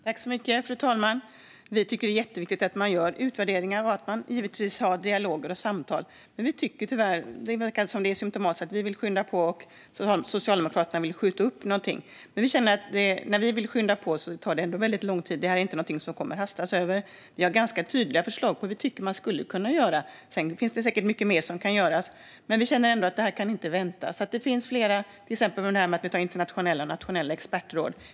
Fru talman! Vi tycker att det är jätteviktigt att man gör utvärderingar och att man har dialoger och samtal. Men det verkar tyvärr vara symtomatiskt att medan vi vill skynda på vill Socialdemokraterna skjuta upp. Vi känner att när vi vill skynda på tar det ändå väldigt lång tid. Det här är inte något som kommer att hastas över. Vi har ganska tydliga förslag på hur vi tycker att man skulle kunna göra. Sedan finns det säkert mycket mer som kan göras, men vi känner att det här inte kan vänta. Det finns flera förslag, till exempel att ha nationella och internationella expertråd.